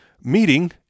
Meeting